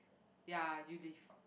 ya you leave